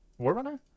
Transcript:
Warrunner